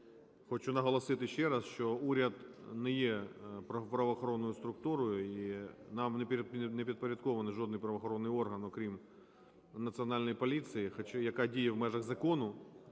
Хочу наголосити ще раз, що уряд не є правоохоронною структурою і нам не підпорядкований жодний правоохоронний орган, окрім Національної поліції, яка діє в межах закону,